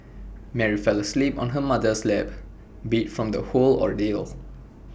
Mary fell asleep on her mother's lap beat from the whole ordeal